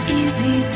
easy